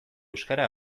euskara